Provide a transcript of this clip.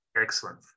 excellent